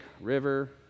river